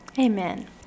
Amen